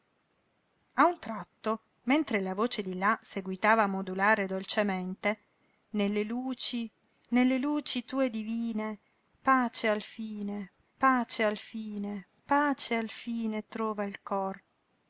un tratto mentre la voce di là seguitava a modular dolcemente nelle luci nelle luci tue divine pace alfine pace alfine pace alfine trova il cor